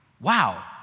wow